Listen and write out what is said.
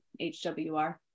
hwr